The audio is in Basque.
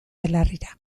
belarrira